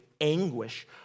anguish